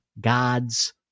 God's